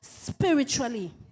spiritually